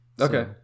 Okay